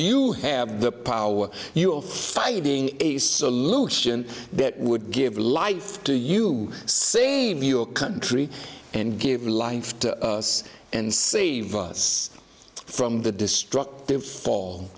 you have the power you are fighting a solution that would give life to you save your country and give life to us and save us from the destructive fall